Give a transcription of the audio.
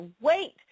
wait